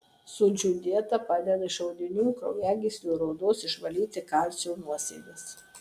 sulčių dieta padeda iš audinių kraujagyslių ir odos išvalyti kalcio nuosėdas